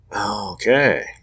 Okay